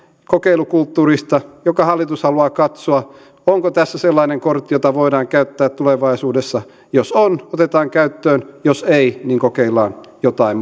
kokeilukulttuurista jossa hallitus haluaa katsoa onko tässä sellainen kortti jota voidaan käyttää tulevaisuudessa jos on otetaan käyttöön jos ei niin kokeillaan jotain